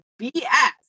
BS